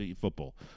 football